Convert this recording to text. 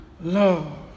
love